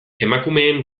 emakumeen